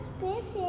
Space